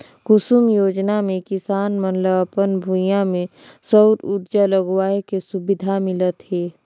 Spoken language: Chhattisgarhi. कुसुम योजना मे किसान मन ल अपन भूइयां में सउर उरजा लगाए के सुबिधा मिलत हे